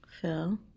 Phil